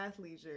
athleisure